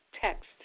text